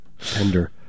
Tender